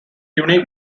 unique